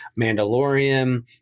Mandalorian